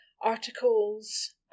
articles